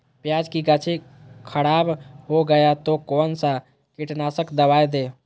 प्याज की गाछी खराब हो गया तो कौन सा कीटनाशक दवाएं दे?